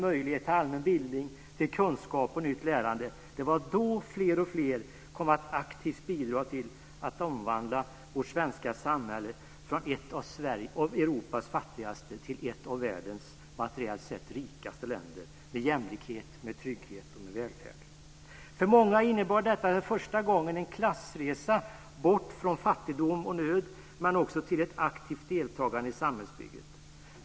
Möjligheten till allmän bildning, kunskap och nytt lärande gjorde att fler och fler kom att aktivt bidra till att omvandla vårt svenska samhälle från ett av Europas fattigaste till ett av världens materiellt sett rikaste länder med jämlikhet, trygghet och välfärd. För många innebar detta en klassresa bort från fattigdom och nöd till ett aktivt deltagande i samhällsbygget.